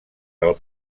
del